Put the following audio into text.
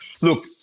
Look